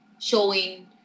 showing